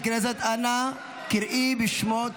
סגנית מזכיר הכנסת, אנא קראי בשמות